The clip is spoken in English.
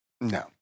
No